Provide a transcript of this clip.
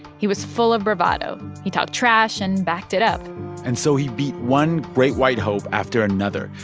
he was full of bravado. he talked trash and backed it up and so he beat one great white hope after another,